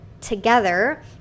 together